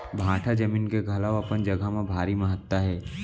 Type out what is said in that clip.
भाठा जमीन के घलौ अपन जघा म भारी महत्ता हे